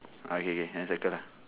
oh K K then circle lah